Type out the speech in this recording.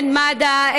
הן מד"א,